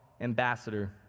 ambassador